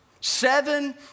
seven